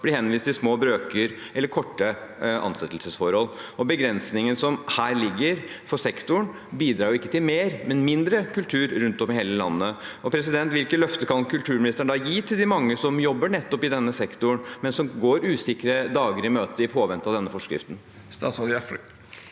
bli henvist til små brøker eller korte ansettelsesforhold. Begrensningen som her ligger for sektoren, bidrar ikke til mer, men mindre kultur rundt om i hele landet. Hvilke løfter kan kulturministeren gi til de mange som jobber i denne sektoren, men som går usikre dager i møte i påvente av denne forskriften?